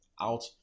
out